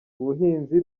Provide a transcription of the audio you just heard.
ubuhinzi